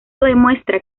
demuestra